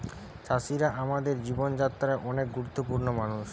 চাষিরা আমাদের জীবন যাত্রায় অনেক গুরুত্বপূর্ণ মানুষ